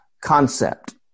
concept